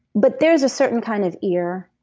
but there's a certain kind of ear